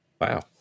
Wow